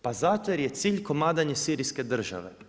Pa zato jer je cilj komadanje Sirijske države.